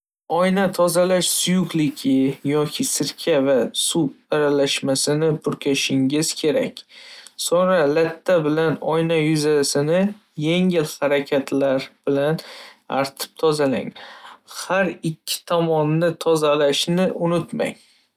Oyna tozalash suyuqligi yoki sirka va suv aralashmasini purkashingiz kerak. So'ngra latta bilan oyna yuzasini yengil harakatlar bilan artib tozalang. Har ikki tomonini tozalashni unutmang.